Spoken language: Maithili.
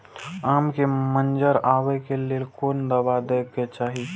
आम के मंजर आबे के लेल कोन दवा दे के चाही?